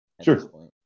Sure